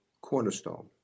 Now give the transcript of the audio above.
cornerstone